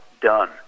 done